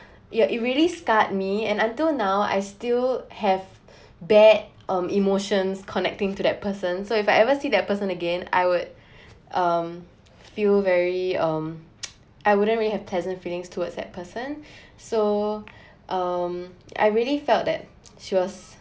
ya it really scarred me and until now I still have bad um emotions connecting to that person so if I ever see that person again I would um feel very um I wouldn't really have pleasant feelings towards that person so um I really felt that she was